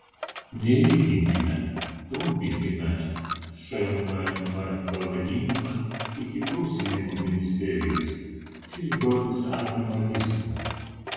neilginkime trumpinkime šmm pavadinimą iki prusinimo ministerijos šis žodis apima viską